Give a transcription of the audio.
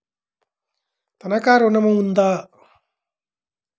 తనఖా ఋణం ఉందా?